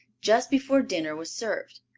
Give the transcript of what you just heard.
just before dinner was served.